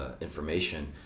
information